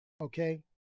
Okay